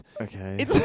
Okay